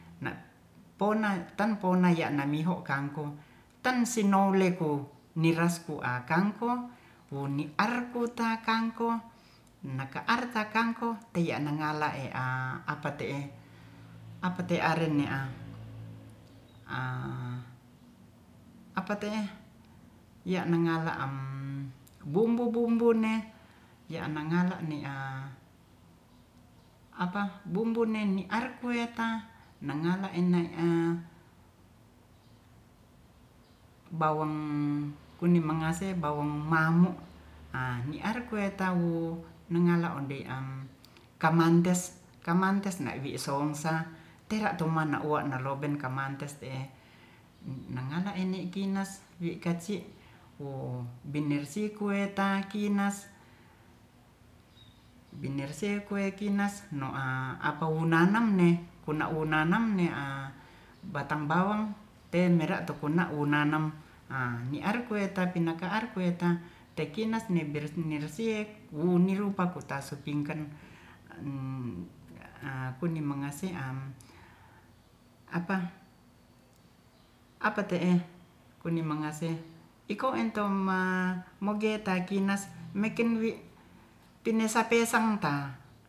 Na pona tan pona mamiho kangkong tan sinole ko niras ko akang ko oniar ko takangkong naka ata kangkong teya anangala a apate'e apate'e aren ne a apa te'e ya nangala bumbu-bumbun ne ya nangala apa ni arkueta nangala inai bawang kuni mangase bawang mamu a niar kue tau nengala ondei kamangke kamangkes na wi songsa tera toma nalobe kamante te'e nangana nen kinas wi kaci binersi koe ta kinas binerse koe kinas noa apa wo nanam ne kona wonanam batang bawang te mera to kona wo nanam niar koe tapikaar koe ta te kinas ne bersih mersie uni rupa kuta supingkan kuni mangase apa apate'e kuni mangase iko ento mogeta kinas mekeng wi pinasepe santa